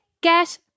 get